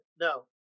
no